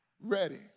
ready